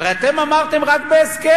הרי אתם אמרתם, רק בהסכם.